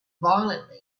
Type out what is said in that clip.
violently